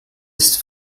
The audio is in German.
ist